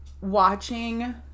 watching